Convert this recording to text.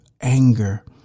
anger